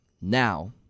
now